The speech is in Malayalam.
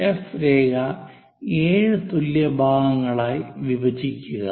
എഫ് രേഖ 7 തുല്യ ഭാഗങ്ങളായി വിഭജിക്കുക